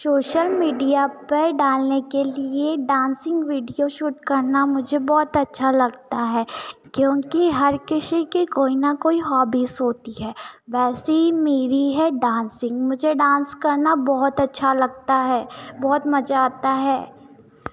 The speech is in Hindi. सोशल मीडिया पर डालने के लिए डान्सिंग विडिओ शूट करना मुझे बहुत अच्छा लगता है क्योंकि हर किसी की कोई न कोई हॉबीस होती है वैसे ही मेरी है डान्सिंग मुझे डांस करना बहुत अच्छा लगता है बहुत मज़ा आता है